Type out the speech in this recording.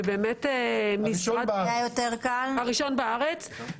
הראשון בארץ,